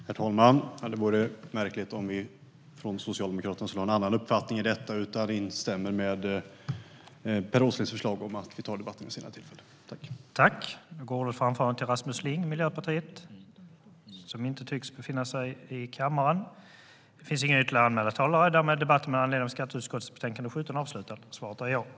Herr talman! Det vore märkligt om vi från Socialdemokraterna skulle ha någon annan uppfattning om detta. Vi instämmer i Per Åslings förslag om att ta debatten vid ett senare tillfälle.